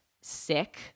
sick